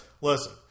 listen